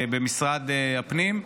במשרד הפנים.